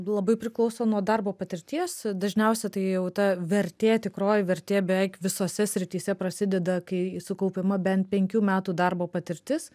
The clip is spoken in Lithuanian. labai priklauso nuo darbo patirties dažniausiai tai jau ta vertė tikroji vertė beveik visose srityse prasideda kai sukaupiama bent penkių metų darbo patirtis